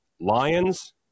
Lions